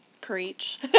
Preach